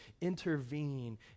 intervene